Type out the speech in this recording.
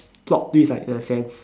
plot twist like in a sense